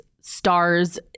stars